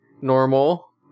normal